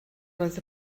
roedd